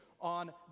on